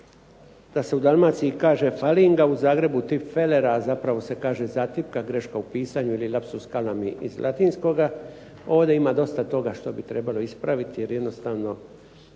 da se u Dalmaciji kaže falinga, u Zagrebu tipfeler, a zapravo se kaže zatipka, greška u pisanju ili lapsus calami iz latinskoga. Ovdje ima dosta toga što bi trebalo ispraviti, jer jednostavno